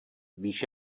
víš